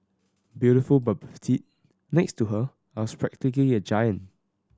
beautiful but petite next to her I was practically a giant